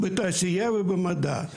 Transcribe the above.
בתעשייה ובמדע.